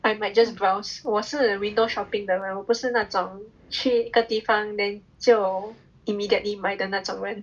I might just browse 我是 window shopping 的人我不是那种去一个地方 then 就 immediately 买的那种人